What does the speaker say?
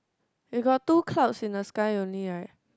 you got two clouds in the sky unite right